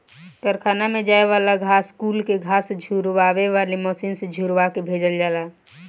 कारखाना में जाए वाली घास कुल के घास झुरवावे वाली मशीन से झुरवा के भेजल जाला